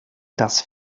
das